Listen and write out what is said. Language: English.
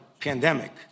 pandemic